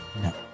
No